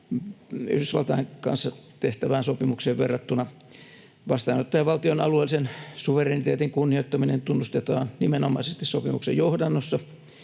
Yhdysvaltain kanssa tehtävään sopimukseen verrattuna. Vastaanottajavaltion alueellisen suvereniteetin kunnioittaminen tunnustetaan nimenomaisesti sopimuksen johdannossa.